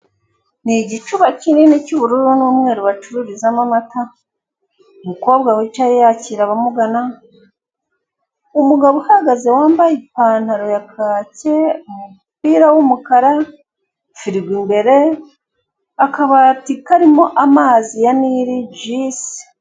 Ni igicuba kinini cy'ubururu n'umweru bacururizamo amata, umukobwa wicaye yakira abamugana. Umugabo uhagaze wambaye ipantaro ya kake, umupira w'umukara, firigo imbere, akabati karimo amazi ya Nili, juice.